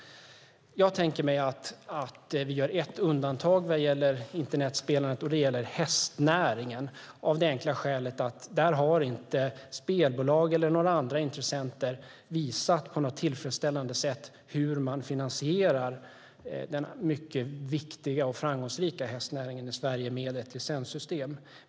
Jag kan tänka mig att vi gör ett undantag när det gäller internetspelandet, nämligen hästnäringen. Där har inte spelbolag eller andra intressenter på något tillfredsställande sätt visat hur man finansierar den mycket viktiga och framgångsrika hästnäringen i Sverige med ett licenssystem.